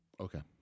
Okay